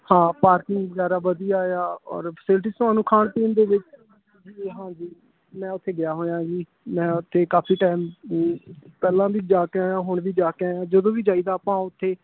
ਹਾਂ ਪਾਰਕਿੰਗ ਵਗੈਰਾ ਵਧੀਆ ਇਆ ਔਰ ਫਾਸਿਲਿਟੀਜ਼ ਤੁਹਾਨੂੰ ਖਾ ਪੀਣ ਦੇ ਵਿੱਚ ਹਾਂਜੀ ਮੈਂ ਉੱਥੇ ਗਿਆ ਹੋਇਆਂ ਜੀ ਮੈਂ ਉੱਥੇ ਕਾਫ਼ੀ ਟੈਮ ਪਹਿਲਾਂ ਦੀ ਜਾ ਕੇ ਆਇਆਂ ਹੁਣ ਵੀ ਜਾ ਕੇ ਆਇਆਂ ਜਦੋਂ ਵੀ ਜਾਈਦਾ ਆਪਾਂ ਉੱਥੇ